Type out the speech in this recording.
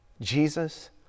Jesus